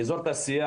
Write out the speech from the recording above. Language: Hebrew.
באזור התעשייה,